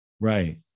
Right